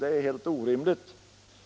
Det är helt orimligt.